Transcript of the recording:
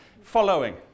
following